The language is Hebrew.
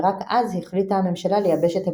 ורק אז החליטה הממשלה לייבש את הביצה.